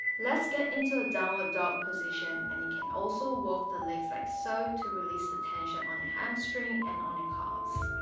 let's get into a downward dog position and you can also walk the legs like so to release the tension on your hamstring and on your calves